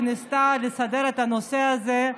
שניסתה לסדר את הנושא הזה,